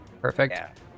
perfect